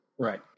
Right